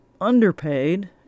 underpaid